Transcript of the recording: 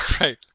Right